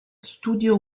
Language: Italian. studio